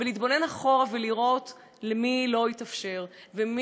להתבונן אחורה ולראות למי לא התאפשר ומי,